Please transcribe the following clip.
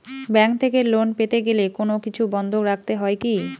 Bank থেকে loan পেতে গেলে কোনো কিছু বন্ধক রাখতে হয় কি?